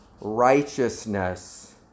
righteousness